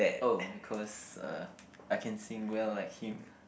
oh because uh I can sing well like him